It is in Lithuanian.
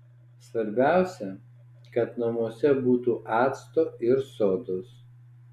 svarbiausia kad namuose būtų acto ir sodos